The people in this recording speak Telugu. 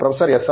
professor S